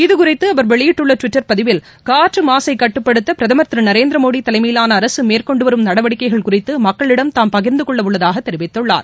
இது குறித்து அவர் வெளியிட்டுள்ள ட்விட்டர் பதிவில் காற்று மாசை கட்டுப்படுத்த பிரதமர் திரு நரேந்திர மோடி தலைமையிலான அரசு மேற்கொண்டு வரும் நடவடிக்கைகள் குறித்து மக்களிடம் தாம் பகிர்ந்துகொள்ள உள்ளதாக தெரிவித்துள்ளார்